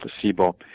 placebo